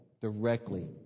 directly